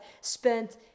spent